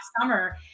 summer